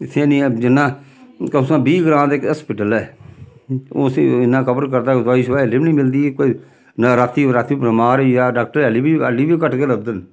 इत्थै न ऐ जिन्ना कम से कम बीह् ग्रांऽ दा इक हस्पिटल ऐ उसी इन्ना कवर करदा दवाई शवाई हल्ली बी निं मिलदी कोई निं रातीं बराती बमार होई जा डाक्टर हल्ली बी हल्ली बी घट्ट गै लभदे न